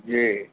जी